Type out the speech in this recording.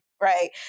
right